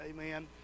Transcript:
Amen